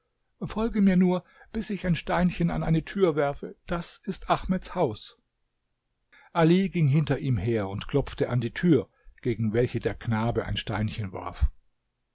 folge mir nur bis ich ein steinchen an eine tür werfe da ist ahmeds haus ali ging hinter ihm her und klopfte an die tür gegen welche der knabe ein steinchen warf